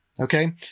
Okay